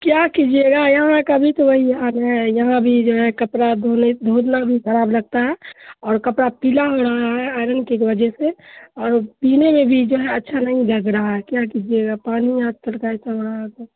کیا کیجیے گا یہاں کا بھی تو وہی حال ہے یہاں بھی جو ہے کپڑا دھونے دھونا بھی خراب لگتا ہے اور کپڑا پیلا ہو رہا ہے آئرن کی وجہ سے اور پینے میں بھی جو ہے اچھا نہیں لگ رہا ہے کیا کیجیے گا پانی آج کل کا اتنا بڑا